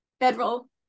federal